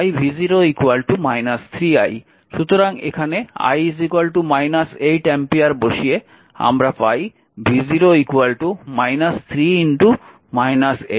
সুতরাং এখানে i 8 ampere বসিয়ে আমরা পাই v0 3 24 ভোল্ট